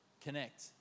connect